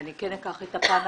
ואני כן אקח את הפן